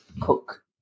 cook